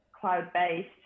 cloud-based